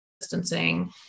distancing